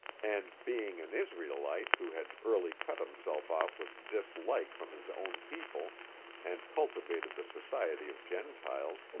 and, being an israelite who had early cut himself off with dislike from his own people and cultivated the society of gentiles,